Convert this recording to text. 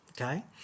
okay